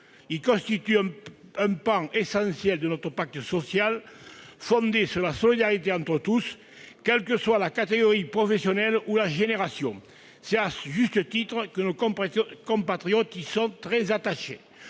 Il constitue un pan essentiel de notre pacte social fondé sur la solidarité entre tous, sans distinction de catégorie professionnelle ou de génération. C'est à juste titre que nos compatriotes y sont très attachés.